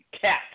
Cat